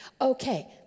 Okay